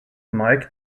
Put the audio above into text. mike